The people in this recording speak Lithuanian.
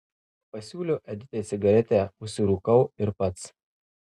pasiūlau editai cigaretę užsirūkau ir pats